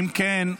אם כן,